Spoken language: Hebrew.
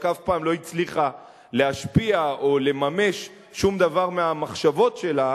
רק אף פעם לא הצליחה להשפיע או לממש שום דבר מהמחשבות שלה,